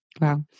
Wow